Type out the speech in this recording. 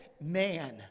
man